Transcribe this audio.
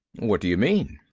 what do you mean?